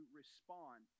respond